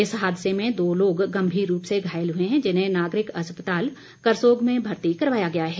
इस हादसे में दो लोग गम्भीर रूप से घायल हुए हैं जिन्हें नागरिक अस्पताल करसोग में भर्ती करवाया गया है